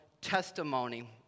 testimony